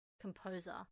composer